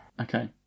Okay